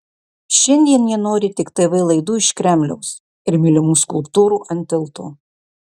šiandien jie nori tik tv laidų iš kremliaus ir mylimų skulptūrų ant tilto